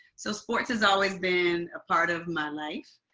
so sports has always been a part of my life.